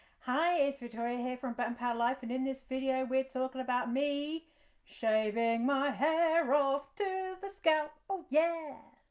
hi, it's victoria here from bam pow life and in this video we're talking about me shaving my hair off to the scalp, oh yeah!